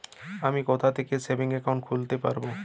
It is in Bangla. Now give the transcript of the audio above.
আমি কোথায় থেকে সেভিংস একাউন্ট খুলতে পারবো?